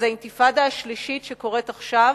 אז האינתיפאדה השלישית שקורית עכשיו